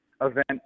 event